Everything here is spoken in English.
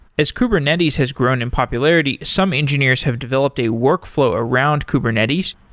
as kubernetes has grown in popularity, some engineers have developed a workflow around kubernetes,